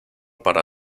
para